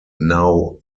now